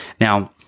Now